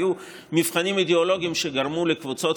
היו מבחנים אידיאולוגיים שגרמו לקבוצות,